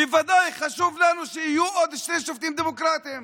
בוודאי חשוב לנו שיהיו עוד שני שופטים דמוקרטים.